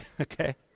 Okay